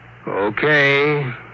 Okay